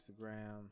Instagram